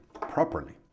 properly